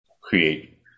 create